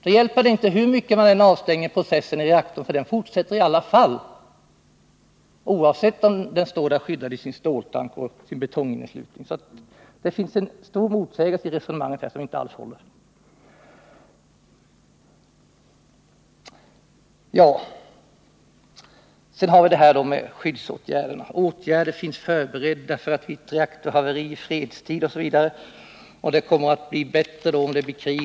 Då hjälper det inte hur mycket man än avstänger processen i reaktorn. Den fortsätter i alla fall, oavsett om reaktorn är skyddad av sin ståltank och av betonginneslutningen. Det finns alltså en stor motsägelse i försvarsministerns resonemang. Sedan till skyddsåtgärderna. Det heter: ”Åtgärder finns förberedda för att vid ett reaktorhaveri i fredstid”, osv. I krig blir det bättre, menar man.